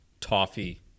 toffee